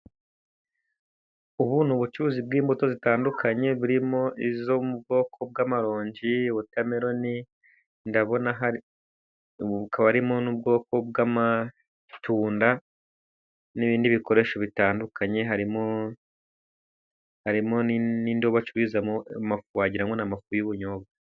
Ubu ni ubucuruzi bw'imbuto zitandukanye, burimo izo mu bwoko bw'amaronji, wotameroni, bukaba harimo n'ubwoko bw'amatunda, n'ibindi bikoresho bitandukanye, harimo n'indobo bacururizamo amafu, wagira ngo ni amafu y'ubunyobwa.